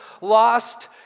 lost